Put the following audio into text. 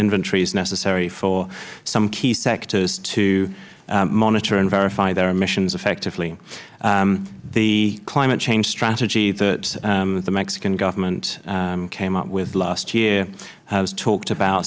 inventories necessary for some key sectors to monitor and verify their emissions effectively the climate change strategy that the mexican government came up with last year has talked about